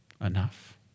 enough